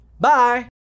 bye